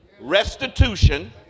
restitution